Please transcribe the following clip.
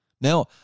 Now